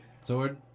sword